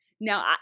now